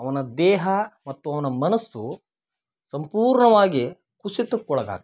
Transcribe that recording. ಅವನ ದೇಹ ಮತ್ತು ಅವನ ಮನಸ್ಸು ಸಂಪೂರ್ಣವಾಗಿ ಕುಸಿತಕ್ಕೆ ಒಳಗಾಗ್ತಾ ಇದೆ